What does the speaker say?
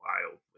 wildly